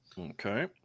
Okay